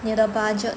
你的 budget